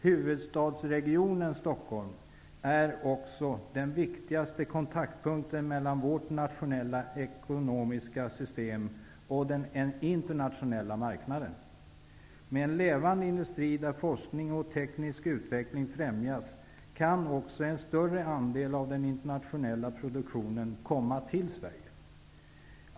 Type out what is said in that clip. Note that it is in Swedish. Huvudstadsregionen Stockholm är också den viktigaste kontaktpunkten mellan vårt nationella ekonomiska system och den internationella marknaden. Med en levande industri där forskning och teknisk utveckling främjas kan också en större andel av den internationella produktionen komma till Sverige.